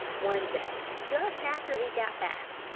one day, just after he got back,